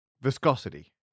Viscosity